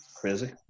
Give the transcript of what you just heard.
crazy